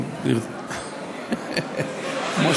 כמו